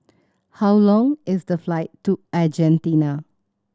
how long is the flight to Argentina